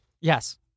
Yes